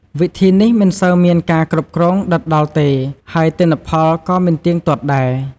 វិធីនេះមិនសូវមានការគ្រប់គ្រងដិតដល់ទេ ហើយទិន្នផលក៏មិនទៀងទាត់ដែរ។